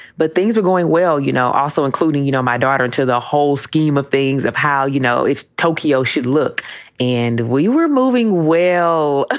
but things were going well, you know, also including, you know, my daughter into the whole scheme of things of how, you know, if tokyo should look and we were moving well, ah